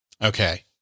Okay